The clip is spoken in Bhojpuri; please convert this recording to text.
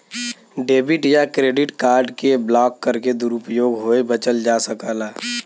डेबिट या क्रेडिट कार्ड के ब्लॉक करके दुरूपयोग होये बचल जा सकला